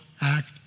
act